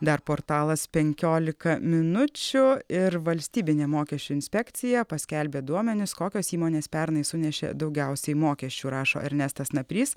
dar portalas penkiolika minučių ir valstybinė mokesčių inspekcija paskelbė duomenis kokios įmonės pernai sunešė daugiausiai mokesčių rašo ernestas naprys